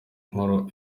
nkuru